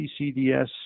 CCDS